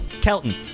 Kelton